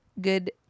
Good